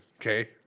okay